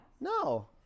No